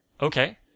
Okay